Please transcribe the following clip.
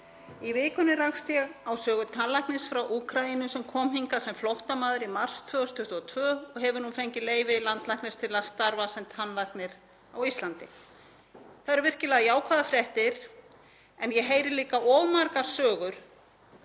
Í vikunni rakst ég á sögu tannlæknis frá Úkraínu sem kom hingað sem flóttamaður í mars 2022 og hefur nú fengið leyfi landlæknis til starfa sem tannlæknir á Íslandi. Það eru virkilega jákvæðar fréttir. En ég heyri líka of margar sögur